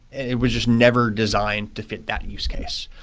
it was just never designed to fit that use case.